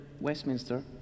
Westminster